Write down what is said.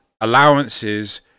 allowances